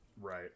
Right